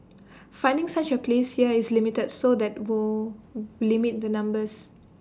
finding such A place here is limited so that will limit the numbers